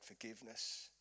forgiveness